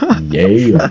Yay